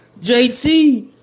JT